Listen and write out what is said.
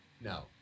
No